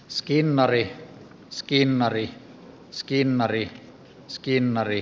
skinnari skinnari skinnari skinnari